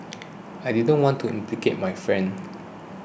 I didn't want to implicate my friend